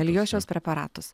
alijošiaus preparatus